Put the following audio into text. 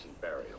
burial